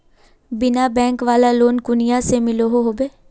बिना बैंक वाला लोन कुनियाँ से मिलोहो होबे?